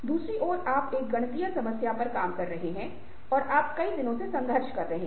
दूसरी ओर आप एक गणितीय समस्या पर काम कर रहे हैं और आप कई दिनों से संघर्ष कर रहे हैं